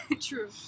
True